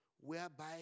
Whereby